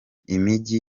imijyi